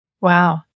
Wow